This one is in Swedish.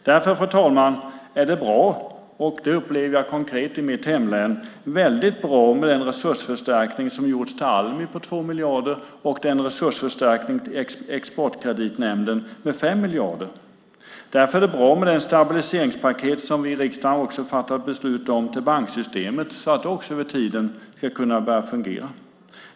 Därför är det bra, och det upplever jag konkret i mitt hemlän, med resursförstärkningen till Almi på 2 miljarder och resursförstärkningen till Exportkreditnämnden på 5 miljarder. Därför är det bra med det stabiliseringspaket som vi i riksdagen har fattat beslut om när det gäller banksystemet så att det över tiden ska kunna börja fungera.